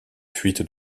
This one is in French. fuite